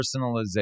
personalization